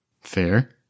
Fair